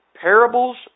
Parables